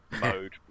Mode